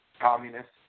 communist